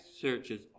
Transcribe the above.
searches